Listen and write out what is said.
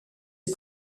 est